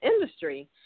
industry